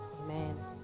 Amen